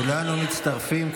כולנו מצטרפים.